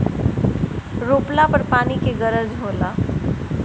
रोपला पर पानी के गरज होला